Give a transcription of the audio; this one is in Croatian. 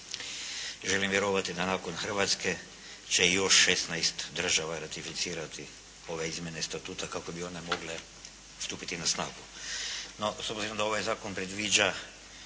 Želim vjerovati da nakon Hrvatske će još 16 država ratificirati ove izmjene statuta kako bi one mogle stupiti na snagu.